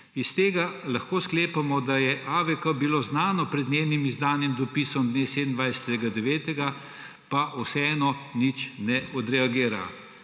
Iz tega lahko sklepamo, da je AVK bilo to znano pred izdanim dopisom dne 27. 9., pa vseeno nič ne odreagira.